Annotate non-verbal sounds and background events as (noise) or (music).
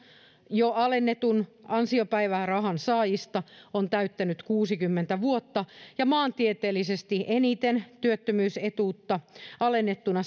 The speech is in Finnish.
jo alennetun ansiopäivärahan saajista on täyttänyt kuusikymmentä vuotta ja maantieteellisesti eniten työttömyysetuutta alennettuna (unintelligible)